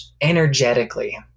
energetically